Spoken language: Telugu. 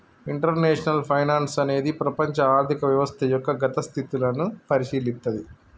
ఇంటర్నేషనల్ ఫైనాన్సు అనేది ప్రపంచ ఆర్థిక వ్యవస్థ యొక్క గతి స్థితులను పరిశీలిత్తది